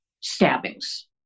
stabbings